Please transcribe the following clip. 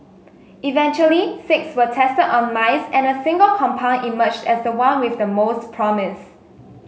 eventually six were tested on mice and a single compound emerged as the one with the most promise